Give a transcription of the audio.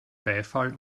beifall